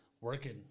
working